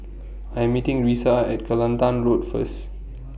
I Am meeting Risa At Kelantan Road First